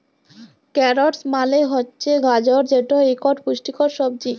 carrots মালে হছে গাজর যেট ইকট পুষ্টিকর সবজি